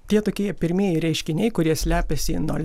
tie tokie jie pirmieji reiškiniai kurie slepiasi nuo